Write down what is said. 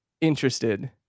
interested